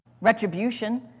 retribution